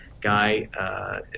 guy